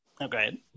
Okay